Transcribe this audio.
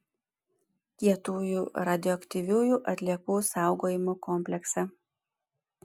kietųjų radioaktyviųjų atliekų saugojimo kompleksą